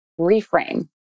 reframe